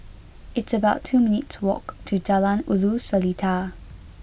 it's about two minutes' walk to Jalan Ulu Seletar